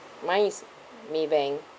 mine is maybank